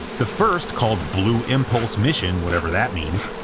the first, called blue impulse mission, whatever that means,